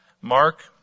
Mark